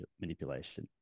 manipulation